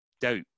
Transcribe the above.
doubt